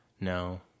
No